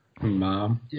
Mom